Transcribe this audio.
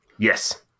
Yes